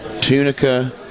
Tunica